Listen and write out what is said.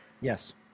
yes